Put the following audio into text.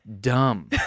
dumb